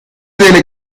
delle